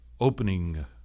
opening